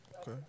Okay